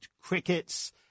crickets